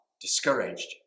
discouraged